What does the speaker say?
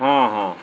हां हां